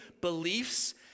beliefs